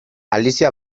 alicia